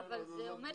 אז מה העניין?